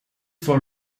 for